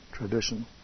tradition